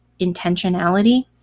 intentionality